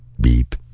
Beep